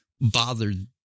bothered